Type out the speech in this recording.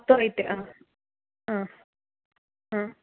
മൊത്തമായിട്ട് ആ ആ ആ